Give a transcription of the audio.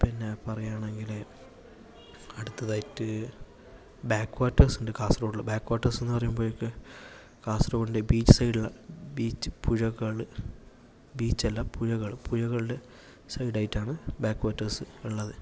പിന്നെ പറയുകയാണെങ്കില് അടുത്തതായിട്ട് ബാക്ക് വാട്ടേഴ്സ് ഉണ്ട് കാസർഗൊഡില് ബാക്ക് വാട്ടേഴ്സ് എന്നുപറയുമ്പത്തേക്ക് കാസർഗൊഡിൻ്റെ ബീച്ച് സൈഡില് ബീച്ച് പുഴകള് ബീച്ച് അല്ല പുഴകളുടെ സൈഡ് ആയിട്ടാണ് ബാക്ക് വാട്ടേഴ്സ് ഉള്ളത്